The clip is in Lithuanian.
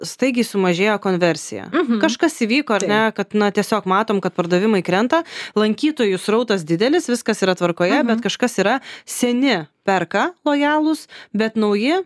staigiai sumažėjo konversija kažkas įvyko ar ne kad na tiesiog matom kad pardavimai krenta lankytojų srautas didelis viskas yra tvarkoje bet kažkas yra seni perka lojalūs bet nauji